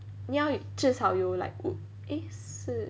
你要至少有五 eh 四